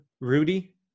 Rudy